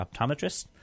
optometrist